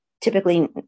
typically